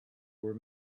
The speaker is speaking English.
were